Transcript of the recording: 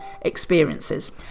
experiences